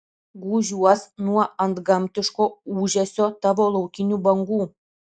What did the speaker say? gūžiuos nuo antgamtiško ūžesio tavo laukinių bangų